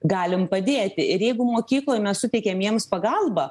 galim padėti ir jeigu mokykloj mes suteikiam jiems pagalbą